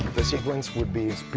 the sequence would be speed,